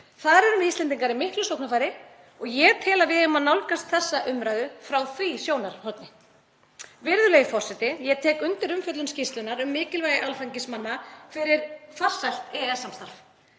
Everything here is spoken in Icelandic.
Þar erum við Íslendingar í miklu sóknarfæri og ég tel að við eigum að nálgast þessa umræðu frá því sjónarhorni. Virðulegi forseti. Ég tek undir umfjöllun skýrslunnar um mikilvægi alþingismanna fyrir farsælt EES-samstarf.